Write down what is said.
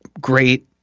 great